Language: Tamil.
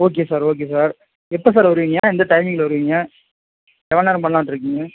ஓகே சார் ஓகே சார் எப்போ சார் வருவீங்க எந்த டைமிங்கில வருவீங்க எவ்வளோ நேரம் பண்ணலான்ட்டு இருக்கீங்க